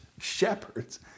Shepherds